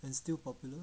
and still popular